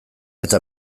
eta